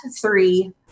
three